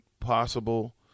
possible